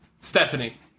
Stephanie